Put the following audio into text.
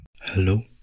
hello